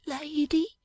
lady